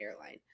airline